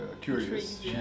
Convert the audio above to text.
curious